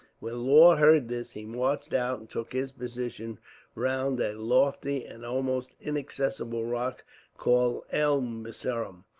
when law heard this, he marched out and took his position round a lofty, and almost, inaccessible rock called elmiseram,